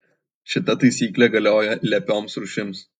šita taisyklė galioja lepioms rūšims